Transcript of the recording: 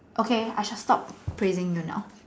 okay I shall stop praising you now